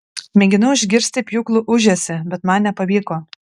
mėginau išgirsti pjūklų ūžesį bet man nepavyko